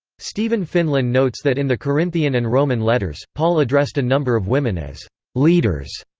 stephen finlan notes that in the corinthian and roman letters, paul addressed a number of women as leaders.